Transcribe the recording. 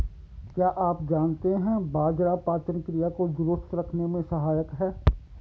क्या आप जानते है बाजरा पाचन क्रिया को दुरुस्त रखने में सहायक हैं?